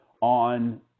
on